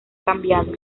cambiado